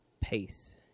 pace